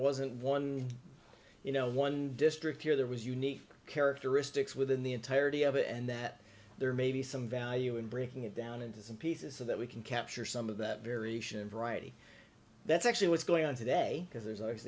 wasn't one you know one district here there was unique characteristics within the entirety of it and that there may be some value in breaking it down into some pieces so that we can capture some of that very variety that's actually what's going on today because there's a